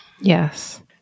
Yes